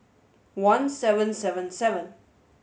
one seven seven seven